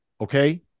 okay